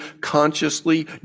consciously